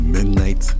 Midnight